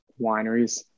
wineries